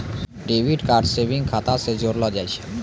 debit card savings खाता से जोड़लो जाय छै